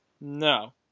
No